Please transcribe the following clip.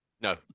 No